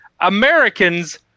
Americans